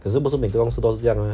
可是是不是每个东西都是这样 ah